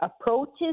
approaches